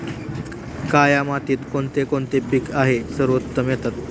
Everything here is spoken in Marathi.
काया मातीत कोणते कोणते पीक आहे सर्वोत्तम येतात?